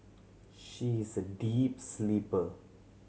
she is a deep sleeper